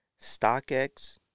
StockX